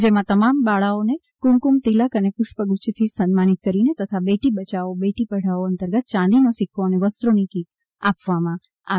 જેમાં તમામ બાળાઓને કુમકુમ તિલક અને પુષ્પગુચ્છુથી સનમાનિત કરીને તથા બેટી બચાઓ બેટી પઢાઓ અંતર્ગત યાંદીનો સિક્કો અને વસ્ત્રોની કિટ આપવામાં આવી